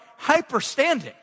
hyperstanding